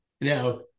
Now